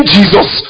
Jesus